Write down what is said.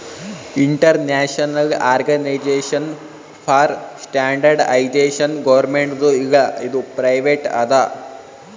international organization for standardization ಗೌರ್ಮೆಂಟ್ದು ಇಲ್ಲ ಇದು ಪ್ರೈವೇಟ್ ಅದಾ